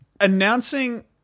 announcing